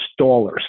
installers